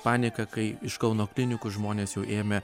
panika kai iš kauno klinikų žmonės jau ėmė